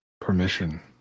Permission